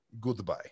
Goodbye